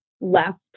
left